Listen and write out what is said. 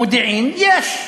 מודיעין, יש,